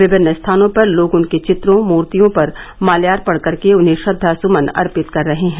विभिन्न स्थानों पर लोग उनके चित्रो मूर्तियों पर माल्यापर्ण करके के उन्हें श्रद्वा सुमन अर्पित कर रहे हैं